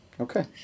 Okay